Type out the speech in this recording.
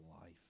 life